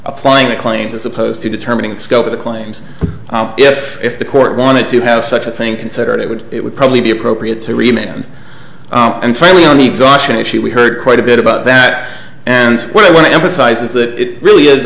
applying the claims as opposed to determining the scope of the claims if if the court wanted to have such a thing considered it would it would probably be appropriate to remain and finally on the exhaustion issue we heard quite a bit about that and what i want to emphasize is that it really is